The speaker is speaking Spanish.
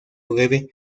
breve